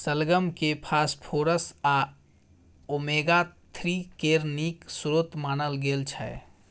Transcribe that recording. शलगम केँ फास्फोरस आ ओमेगा थ्री केर नीक स्रोत मानल गेल छै